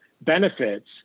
benefits